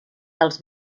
dels